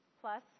Plus